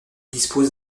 disposent